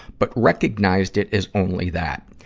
but recognized it as only that.